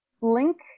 link